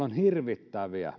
on hirvittäviä